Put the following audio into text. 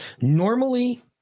normally